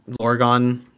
Lorgon